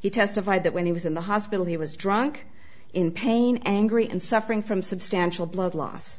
he testified that when he was in the hospital he was drunk in pain angry and suffering from substantial blood loss